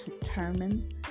determine